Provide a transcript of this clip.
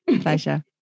Pleasure